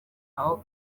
aho